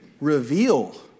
reveal